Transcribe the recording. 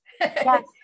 yes